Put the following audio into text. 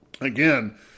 again –